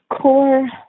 core